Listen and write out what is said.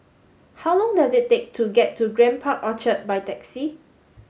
how long does it take to get to Grand Park Orchard by taxi